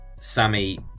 Sammy